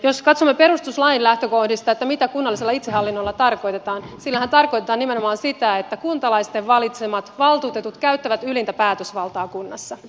jos katsomme perustuslain lähtökohdista mitä kunnallisella itsehallinnolla tarkoitetaan sillähän tarkoitetaan nimenomaan sitä että kuntalaisten valitsemat valtuutetut käyttävät ylintä päätösvaltaa kunnassa